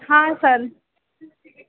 हाँ सर